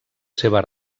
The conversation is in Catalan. seva